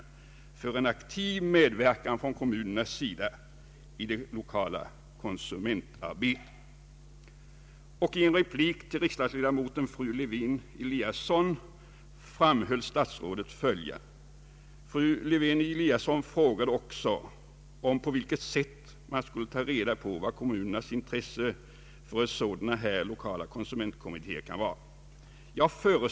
För att rätt kunna fungera kräver konsumtionssamhället också <ekonomiskt medvetna och insiktsfulla konsumenter.